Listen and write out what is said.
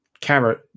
Carrot